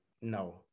no